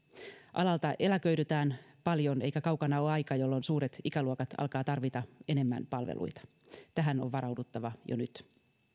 alalta eläköidytään paljon eikä kaukana ole aika jolloin suuret ikäluokat alkavat tarvita enemmän palveluita tähän on varauduttava jo nyt